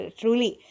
truly